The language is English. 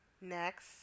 next